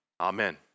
Amen